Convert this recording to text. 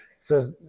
says